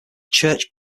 church